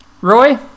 Roy